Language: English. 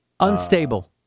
Unstable